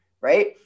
right